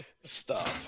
Stop